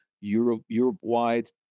Europe-wide